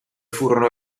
furono